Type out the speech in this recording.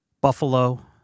Buffalo